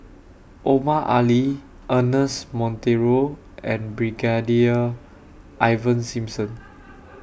Omar Ali Ernest Monteiro and Brigadier Ivan Simson